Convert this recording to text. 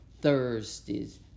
Thursdays